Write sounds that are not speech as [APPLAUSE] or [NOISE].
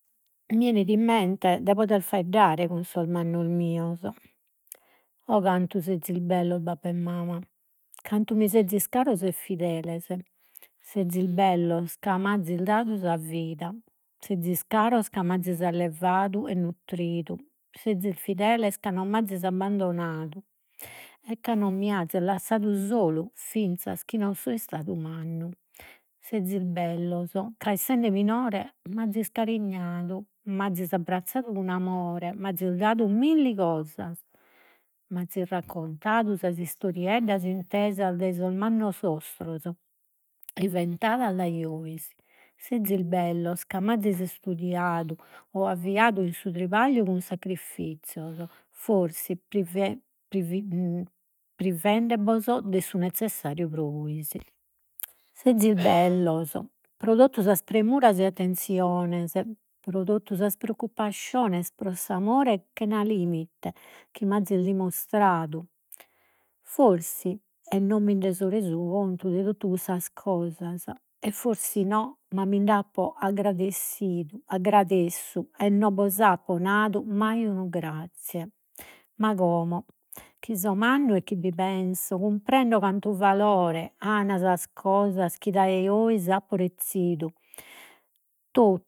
Mi 'enit in mente, de poder faeddare cun sos mannos mios. O cantu sezis bellos, babbu e mama, cantu mi sezis caros e fideles. Sezis bellos ca m'azis dadu sa vida, sezis caros ca m'azis allevadu e nutridu, sezis fideles ca non m'azis abbandonadu e ca no mi azis lassadu solu, finzas chi non so istadu mannu. Sezis bellos ca essende minore m'azis carignadu, m'azis abbrazzadu cun amore, m'azis dadu milli cosas, m'azis raccontadu sas [UNINTELLIGIBLE] intesas dae sos mannos vostros [HESITATION] inventadas dae 'ois. Sezis bellos ca m'azis istudiadu o avviadu in su tribagliu cun sacrifizios, forsi [HESITATION] [HESITATION] privendebos de su nezzessariu pro 'ois. Sezis bellos [NOISE] pro totu sas premuras e attenziones, pro totu sas preoccupasciones, pro s'amore chena limite chi m'azis dimustradu. Forsis e non minde so resu contu de totu cussas cosas e forsis [HESITATION] mind'apo aggradessidu, [UNINTELLIGIBLE] e non bos apo nadu mai unu grazie. Ma como chi so mannu e chi bi penso, cumprendo cantu valore an sas cosas, chi dae 'ois apo rezidu. To